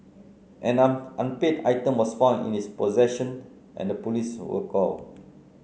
an an unpaid item was found in his possession and the police were called